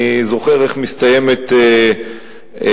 אני זוכר איך מסתיימת התפילה.